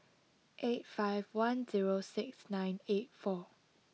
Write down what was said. eight five one zero six nine eight four